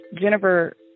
Jennifer